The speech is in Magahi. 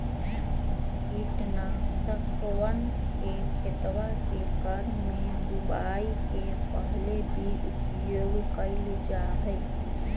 कीटनाशकवन के खेतवा के क्रम में बुवाई के पहले भी उपयोग कइल जाहई